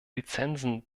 lizenzen